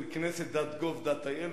katzya@knesset.gov.il,